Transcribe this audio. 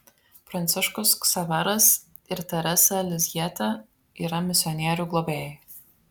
pranciškus ksaveras ir terese lizjiete yra misionierių globėjai